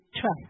trust